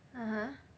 (uh huh)